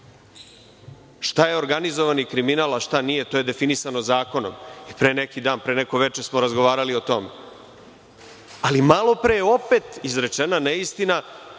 Šta je organizovani kriminal, a šta nije, to je definisano zakonom. Pre neko veče smo razgovarali o tome. Ali, malopre je opet izrečena neistina,